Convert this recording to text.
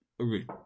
Agreed